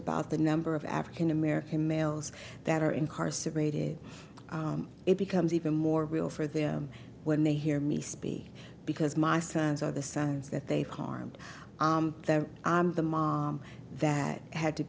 about the number of african american males that are incarcerated it becomes even more real for them when they hear me speak because my sons are the sons that they have harmed that i'm the mom that had to